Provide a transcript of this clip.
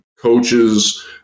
coaches